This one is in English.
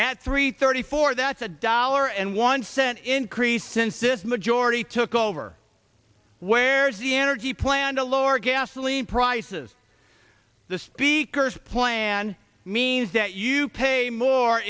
at three thirty four that's a dollar and one cent increase since this majority took over where's the energy plan to lower gasoline prices the speaker's plan means that you pay more